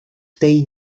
tej